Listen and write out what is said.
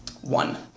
One